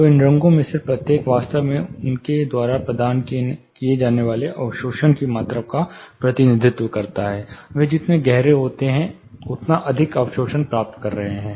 तो इन रंगों में से प्रत्येक वास्तव में उनके द्वारा प्रदान किए जाने वाले अवशोषण की मात्रा का प्रतिनिधित्व करता है वे जितने गहरे होते हैं उतना अधिक अवशोषण प्राप्त करते हैं